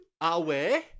away